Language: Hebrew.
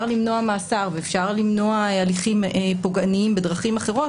למנוע מאסר ואפשר למנוע הליכים פוגעניים בדרכים אחרות,